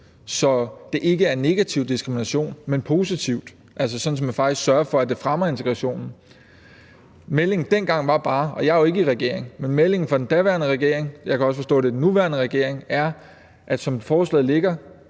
så det ikke er negativ diskrimination, men positiv, altså sådan at man faktisk sørger for, at det fremmer integrationen. Meldingen dengang var bare – og jeg er jo ikke i regering, men det var meldingen fra den daværende regering, og jeg kan også forstå, at det er den nuværende regerings vurdering – at som forslaget ligger,